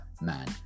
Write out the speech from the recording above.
man